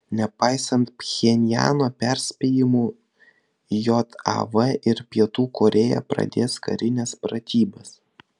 nepaisant pchenjano perspėjimų jav ir pietų korėja pradės karines pratybas